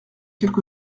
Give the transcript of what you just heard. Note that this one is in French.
quelque